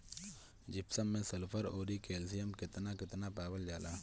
Gypsum मैं sulphur औरी calcium कितना कितना पावल जाला?